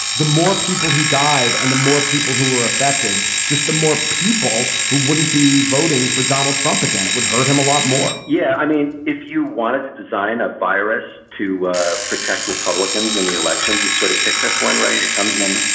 the more people who died and the more people who were affected, just the more people who wouldn't be voting for donald trump again, it would hurt him a lot more yeah. i mean, if you wanted to design a virus to ah protect republicans in the elections, you'd sort of pick this one, right? it comes in